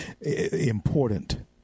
important